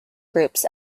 groups